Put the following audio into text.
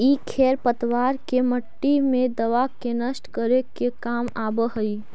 इ खेर पतवार के मट्टी मे दबा के नष्ट करे के काम आवऽ हई